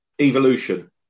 evolution